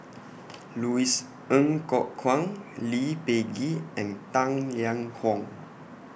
Louis Ng Kok Kwang Lee Peh Gee and Tang Liang Hong